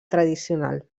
tradicional